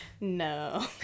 No